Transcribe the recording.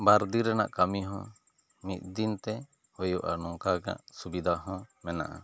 ᱵᱟᱨ ᱫᱤᱱ ᱨᱮᱱᱟᱜ ᱠᱟᱹᱢᱤ ᱦᱚᱸ ᱢᱤᱫ ᱫᱤᱱ ᱛᱮ ᱦᱩᱭᱩᱜᱼᱟ ᱱᱚᱝᱠᱟ ᱨᱮᱱᱟᱜ ᱥᱩᱵᱤᱫᱟ ᱦᱚᱸ ᱢᱮᱱᱟᱜᱼᱟ